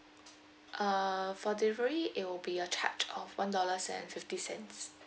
uh for delivery it will be a charge of one dollar and fifty cents